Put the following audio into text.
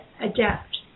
adapt